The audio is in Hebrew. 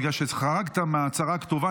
בגלל שחרגת מההצהרה הכתובה,